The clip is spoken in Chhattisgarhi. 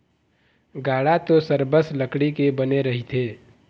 गाड़ा तो सरबस लकड़ी के बने रहिथे